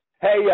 Hey